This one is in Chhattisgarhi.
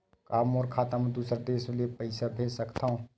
का मोर खाता म दूसरा देश ले पईसा भेज सकथव?